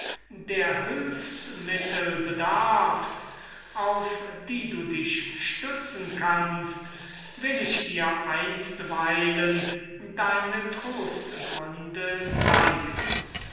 der hülfsmittel bedarfst auf die du dich stützen kannst will ich dir einstweilen deine trostgründe zeigen